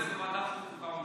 אני רוצה בוועדת החוקה,